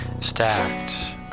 stacked